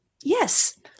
yes